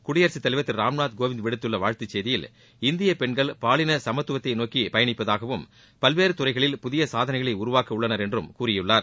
குடியரசுத் தலைவர் திரு ராம்நாத் கோவிந்த் விடுத்துள்ள வாழ்த்தச்செய்தியில் இந்திய பெண்கள் பாலின சமத்துவத்தை நோக்கி பயணிப்பதாகவும் பல்வேறு துறைகளில் புதிய சாதனைகளை உருவாக்க உள்ளனர் என்றும் கூறியுள்ளார்